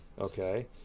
okay